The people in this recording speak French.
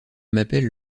m’appelle